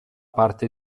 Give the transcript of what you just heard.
parte